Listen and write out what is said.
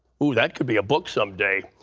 ooh, that could be a book some day.